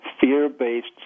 fear-based